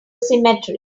cemetery